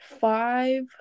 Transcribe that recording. five